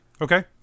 Okay